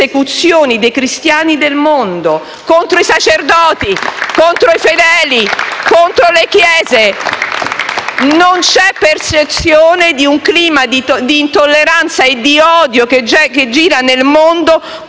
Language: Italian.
dei cristiani nel mondo, contro i sacerdoti, contro i fedeli e contro le chiese. Non c'è percezione del clima di intolleranza e di odio che esiste nel mondo contro